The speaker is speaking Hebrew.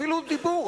אפילו דיבור,